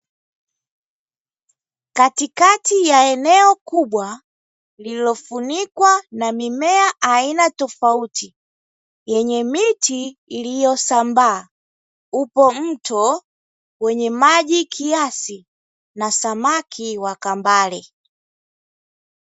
Katikati ya eneo kubwa lililofunikwa na mimea aina tofauti, yenye miti iliyosambaa, upo mto wenye maji kiasi na samaki wa kambale.